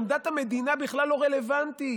עמדת המדינה בכלל לא רלוונטית.